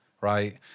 right